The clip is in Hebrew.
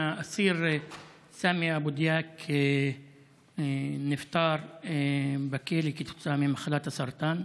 האסיר סמי אבו דיאק נפטר בכלא כתוצאה ממחלת הסרטן.